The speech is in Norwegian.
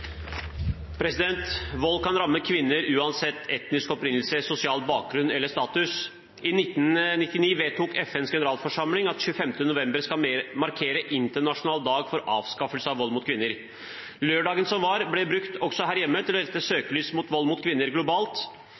Vold kan ramme kvinner uansett etnisk opprinnelse, sosial bakgrunn eller status. I 1999 vedtok FNs generalforsamling at 25. november skal være en internasjonal dag for avskaffelse av vold mot kvinner. Lørdagen som var, ble også her hjemme brukt til å rette søkelyset mot vold mot kvinner globalt